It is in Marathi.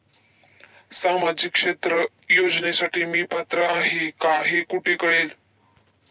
सामाजिक क्षेत्र योजनेसाठी मी पात्र आहे का हे कुठे कळेल?